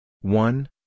One